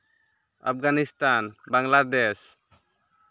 Afghanistan Bangladesh